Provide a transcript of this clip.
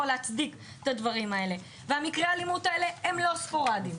להצדיק את הדברים האלה ומקרי האלימות האלה הם לא ספורדיים.